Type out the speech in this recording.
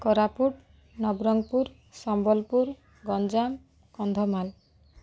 Koraput Nabarangpur Sambalpur Ganjam Kandhamal